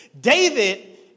David